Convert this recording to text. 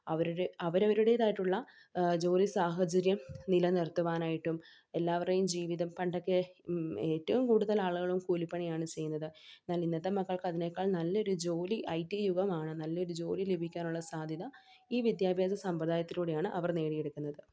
അവരുടെ അവരഅവരുടെത് ആയിട്ടുള്ള ജോലി സാഹചര്യം നിലനിർത്തുവാനായിട്ടും എല്ലാവരെയും ജീവിതം പണ്ടൊക്കെ ഏറ്റവും കൂടുതൽ ആളുകളും കൂലിപ്പണിയാണ് ചെയ്യുന്നത് എന്നാൽ ഇന്നത്തെ മക്കൾക്ക് അതിനേക്കാൾ നല്ലൊരു ജോലി ഐ ടി യുഗമാണ് നല്ലൊരു ജോലി ലഭിക്കാനുള്ള സാധ്യത ഈ വിദ്യാഭ്യാസ സമ്പ്രദായത്തിലൂടെയാണ് അവർ നേടിയെടുക്കുന്നത്